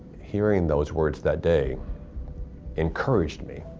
hearing those words that day encouraged me.